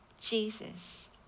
Jesus